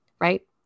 right